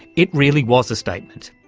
it really was a statement.